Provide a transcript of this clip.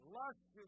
lust